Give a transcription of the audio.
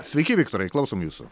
sveiki viktorai klausom jūsų